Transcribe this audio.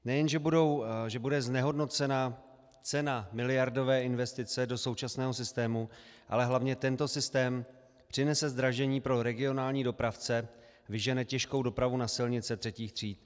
Nejen že bude znehodnocena cena miliardové investice do současného systému, ale hlavně tento systém přinese zdražení pro regionální dopravce, vyžene těžkou dopravu na silnice III. tříd.